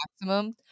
maximum